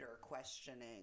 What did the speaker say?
questioning